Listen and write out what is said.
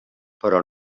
però